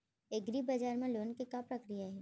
एग्रीबजार मा लोन के का प्रक्रिया हे?